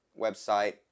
website